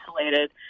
isolated